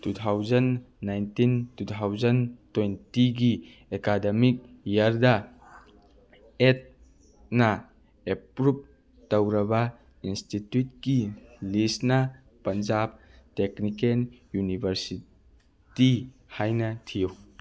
two thousand nineteen two thousand ꯇ꯭ꯋꯦꯟꯇꯤꯒꯤ academic ꯏꯌꯥꯔꯗ ꯑꯦꯠꯅ ꯑꯦꯄ꯭ꯔꯨꯞ ꯇꯧꯔꯕ ꯏꯟꯁꯇꯤꯇ꯭ꯌꯨꯠꯀꯤ ꯂꯤꯁꯅ ꯄꯟꯖꯥꯞ ꯇꯦꯛꯅꯤꯀꯦꯜ ꯌꯨꯅꯤꯕꯔꯁꯤꯇꯤ ꯍꯥꯏꯅ ꯊꯤꯌꯨ